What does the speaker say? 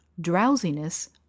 drowsiness